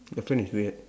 your friend is weird